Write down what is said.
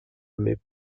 mais